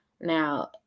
Now